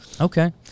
Okay